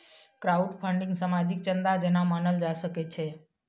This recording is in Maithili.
क्राउडफन्डिंग सामाजिक चन्दा जेना मानल जा सकै छै